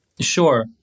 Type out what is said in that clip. Sure